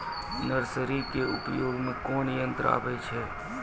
Nursery के उपयोग मे कोन यंत्र आबै छै?